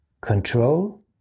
Control